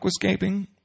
aquascaping